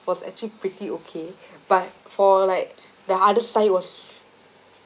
was actually pretty okay but for like the other side was